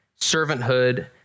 servanthood